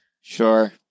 Sure